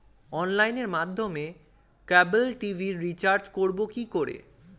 অনলাইনের মাধ্যমে cable TV recharge করব কি করে?